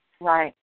Right